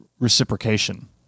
reciprocation